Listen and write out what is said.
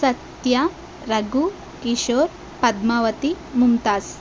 Satya Raghu Kishore Padmavati Mumtaz